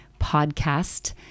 podcast